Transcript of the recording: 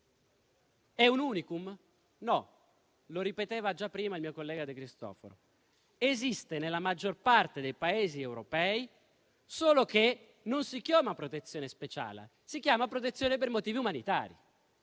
È un *unicum*? No, come ha già rilevato il mio collega De Cristofaro. Tale misura esiste nella maggior parte dei Paesi europei, solo che non si chiama protezione speciale, ma protezione per motivi umanitari.